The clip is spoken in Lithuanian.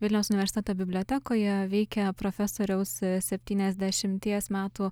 vilniaus universiteto bibliotekoje veikia profesoriaus septyniasdešimties metų